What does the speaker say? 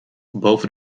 boven